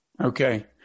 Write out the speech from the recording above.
Okay